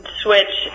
switch